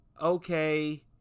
okay